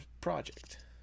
project